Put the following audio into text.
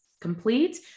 Complete